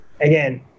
again